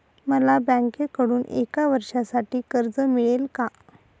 मला बँकेकडून एका वर्षासाठी कर्ज मिळेल का?